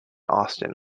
austin